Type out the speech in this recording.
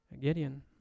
Gideon